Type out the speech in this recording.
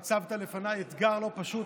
אתה הצבת בפניי אתגר לא פשוט,